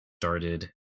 started